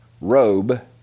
robe